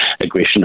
aggression